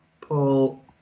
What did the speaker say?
Paul